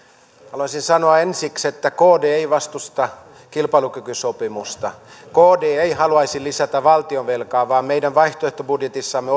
haluaisin sanoa ensiksi että kd ei vastusta kilpailukykysopimusta kd ei haluaisi lisätä valtionvelkaa vaan ottaisimme meidän vaihtoehtobudjetissamme